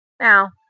Now